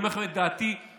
אני אומר לכם את דעתי שלי: